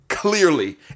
Clearly